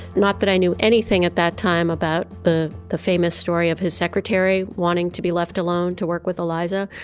not that i knew anything at that time about the the famous story of his secretary wanting to be left alone to work with eliza.